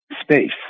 space